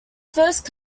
first